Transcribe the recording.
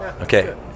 Okay